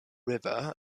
river